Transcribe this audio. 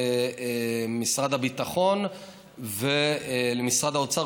למשרד הביטחון ולמשרד האוצר.